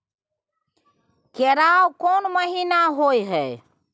केराव कोन महीना होय हय?